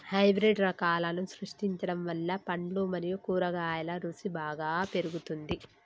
hybrid రకాలను సృష్టించడం వల్ల పండ్లు మరియు కూరగాయల రుసి బాగా పెరుగుతుంది